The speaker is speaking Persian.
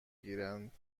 گیرند